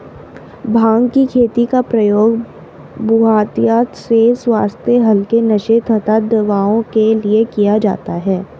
भांग की खेती का प्रयोग बहुतायत से स्वास्थ्य हल्के नशे तथा दवाओं के लिए किया जाता है